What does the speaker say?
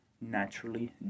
naturally